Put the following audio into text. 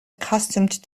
accustomed